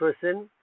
person